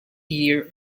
year